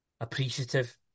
appreciative